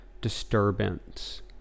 disturbance